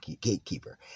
gatekeeper